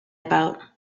about